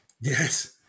Yes